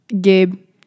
Gabe